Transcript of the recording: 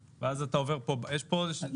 יש פה עוד איזה שהוא.